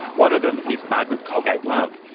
one of them is margaret colgate love.